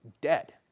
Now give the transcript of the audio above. dead